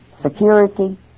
security